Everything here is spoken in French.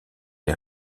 les